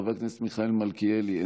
חבר הכנסת מיכאל מלכיאלי,